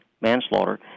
manslaughter